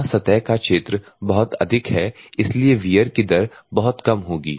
यहां सतह का क्षेत्र बहुत अधिक है इसलिए वियर की दर बहुत कम होगी